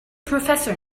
professor